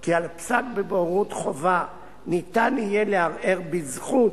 כי על הפסק בבוררות חובה ניתן יהיה גם לערער בזכות